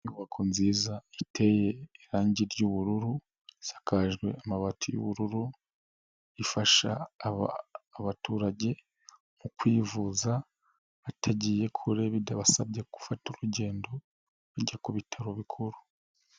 Inyubako nziza iteye irangi ry'ubururu isakajwe amabati y'ubururu, ifasha abaturage mu kwivuza batagiye kure bitabasabye gufata urugendo bajya ku bitaro bikuru.